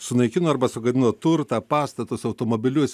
sunaikino arba sugadino turtą pastatus automobilius